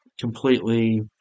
completely